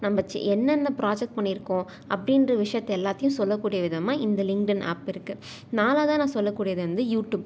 நம்ம சி என்னென்ன ப்ராஜெக்ட் பண்ணியிருக்கோம் அப்படின்ற விஷயத்த எல்லாத்தேயும் சொல்லக்கூடிய விதமாக இந்த லிங்க்ட்இன் ஆப் இருக்குது நாலாவதாக நான் சொல்லக்கூடியது வந்து யூட்டூப்